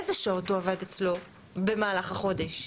איזה שעות הוא עבד אצלו במהלך החודש.